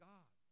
God